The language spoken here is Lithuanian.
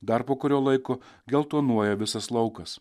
dar po kurio laiko geltonuoja visas laukas